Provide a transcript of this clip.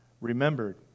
remembered